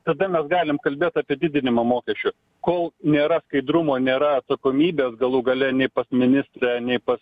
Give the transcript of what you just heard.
tada mes galim kalbėt apie didinimą mokesčių kol nėra skaidrumo nėra atsakomybės galų gale nei pas ministrę nei pas